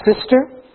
sister